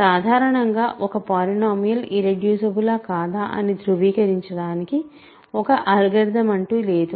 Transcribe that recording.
సాధారణంగా ఒక పాలినోమియల్ ఇర్రెడ్యూసిబులా కాదా అని ధృవీకరించడానికి ఒక అల్గోరిథం అంటూ లేదు